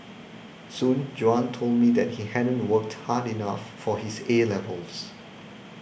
soon Juan told me that he hadn't worked hard enough for his 'A' levels